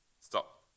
stop